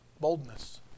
Boldness